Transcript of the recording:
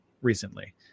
recently